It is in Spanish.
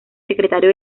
secretario